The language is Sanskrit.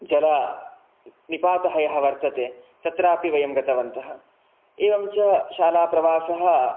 जलनिपातः यः वर्तते तत्रापि वयं गतवन्तः एवं च शालाप्रवासः